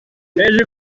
hejuru